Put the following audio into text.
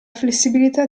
flessibilità